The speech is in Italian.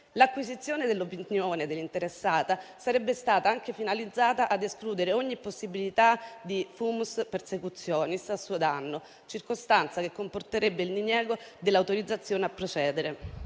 L'acquisizione dell'opinione dell'interessata sarebbe stata anche finalizzata ad escludere ogni possibilità di *fumus persecutionis* a suo danno, circostanza che comporterebbe il diniego dell'autorizzazione a procedere.